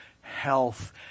health